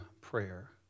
prayer